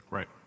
Right